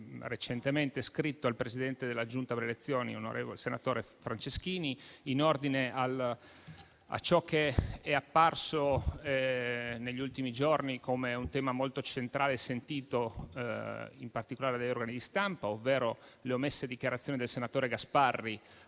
recentemente scritto al Presidente della Giunta delle elezioni e delle immunità parlamentari, onorevole senatore Franceschini, in ordine a ciò che è apparso negli ultimi giorni come tema molto centrale, sentito in particolare dagli organi di stampa, ovvero le omesse dichiarazioni del senatore Gasparri